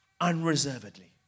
unreservedly